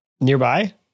nearby